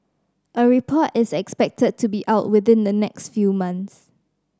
a report is expected to be out within the next few months